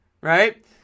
right